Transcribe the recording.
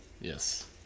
Yes